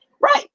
Right